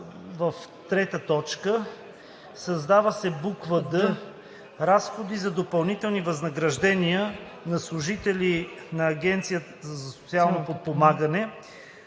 в т. 3: „Създава се буква „д“: Разходи за допълнителни възнаграждения за служители на Агенцията за социално подпомагане,